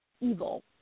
evil